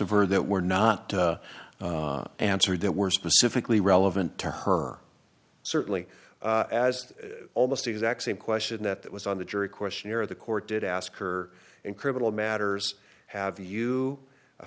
her that were not answered that were specifically relevant to her certainly as almost the exact same question that was on the jury questionnaire the court did ask her in criminal matters have you a